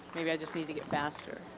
maybe i just need to get faster.